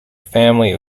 family